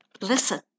Listen